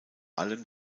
allem